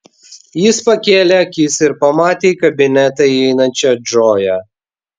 jis pakėlė akis ir pamatė į kabinetą įeinančią džoją